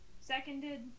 Seconded